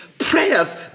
prayers